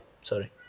Sorry